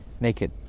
naked